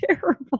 terrible